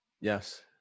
Yes